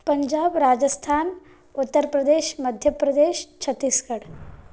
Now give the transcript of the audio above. Punjab Rajasthan Uttar Pradesh Madhya Pradesh Chhattisgarh